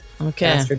Okay